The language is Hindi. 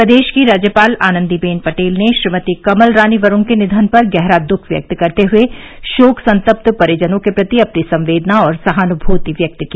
प्रदेश की राज्यपाल आनंदीबेन पटेल ने श्रीमती कमल रानी वरूण के निधन पर गहरा दूःख व्यक्त करते हुए शोक संतप्त परिजनों के प्रति अपनी संवेदना और सहानुभूति व्यक्त की